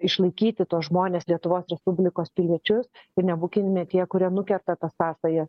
išlaikyti tuos žmones lietuvos respublikos piliečius ir nebūkime tie kurie nukerta tas sąsajas